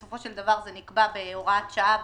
בסופו של דבר זה נקבע בהוראת שעה,